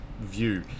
view